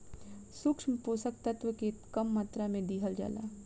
सूक्ष्म पोषक तत्व के कम मात्रा में दिहल जाला